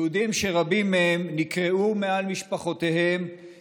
יהודים שרבים מהם נקרעו מעל משפחותיהם